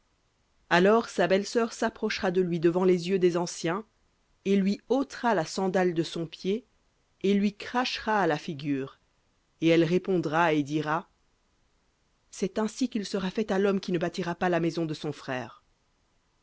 alors sa belle-sœur s'approchera de lui devant les yeux des anciens et lui ôtera la sandale de son pied et lui crachera à la figure et elle répondra et dira c'est ainsi qu'il sera fait à l'homme qui ne bâtira pas la maison de son frère